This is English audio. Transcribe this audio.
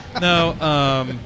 No